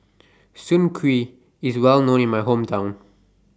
Soon Kuih IS Well known in My Hometown